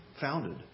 founded